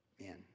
man